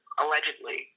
allegedly